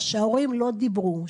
שההורים לא דיברו,